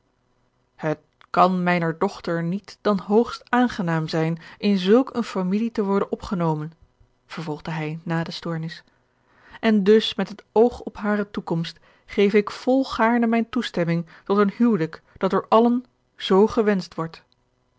het kan mijner dochter niet dan hoogst aangenaam zijn in zulk eene familie te worden opgenomen vervolgde hij na de stoornis en dus met het oog op hare toekomst geef ik volgaarne mijne toestemming tot een huwelijk dat door allen zoo gewenscht wordt